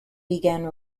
began